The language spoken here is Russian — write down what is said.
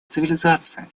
цивилизация